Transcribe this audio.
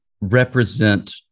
represent